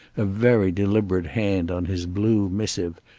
a very deliberate hand on his blue missive,